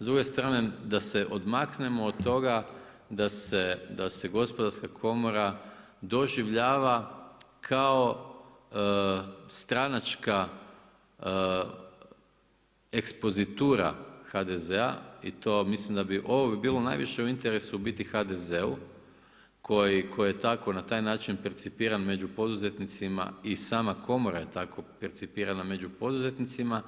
S druge strane da se odmaknemo od toga da se Gospodarska komora doživljava kao stranačka ekspozitura HDZ-a, ovo bi bilo najviše u interesu HDZ-u koji tako na taj način percipiran među poduzetnicima i sama Komora je tako percipirana među poduzetnicima,